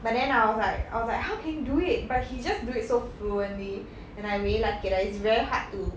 but then I was like I was like how can you do it but he just do it so fluently and I really like it lah it's very hard to